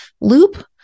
loop